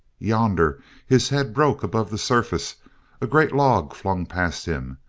yonder his head broke above the surface a great log flung past him,